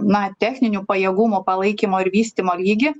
na techninių pajėgumų palaikymo ir vystymo lygį